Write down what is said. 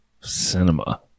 Cinema